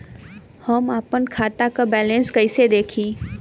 हम आपन खाता क बैलेंस कईसे देखी?